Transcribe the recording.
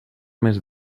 més